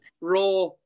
Raw